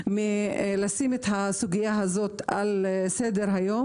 אם נשים את הסוגיה הזאת על סדר-היום,